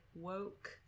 woke